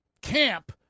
camp